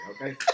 okay